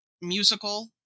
musical